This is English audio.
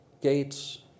Gates